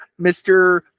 Mr